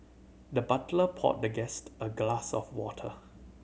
the butler poured the guest a glass of water